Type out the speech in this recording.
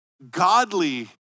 Godly